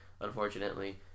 unfortunately